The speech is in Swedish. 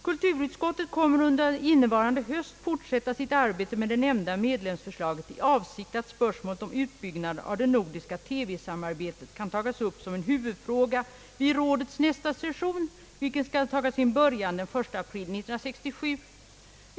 Kulturutskottet kommer att under innevarande höst fortsätta sitt arbete med det nämnda medlemsförslaget i avsikt att spörsmålet om utbyggnaden av det nordiska TV-samarbetet kan tagas upp som en huvudfråga vid rådets nästa session, vilken skall taga sin början den 1 april 1967.